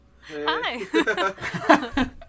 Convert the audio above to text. Hi